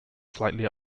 slightly